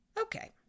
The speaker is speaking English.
Okay